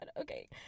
okay